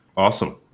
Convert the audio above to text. Awesome